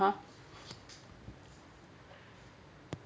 !huh!